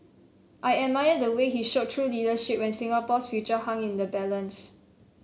I admire the way he showed true leadership when Singapore's future hung in the balance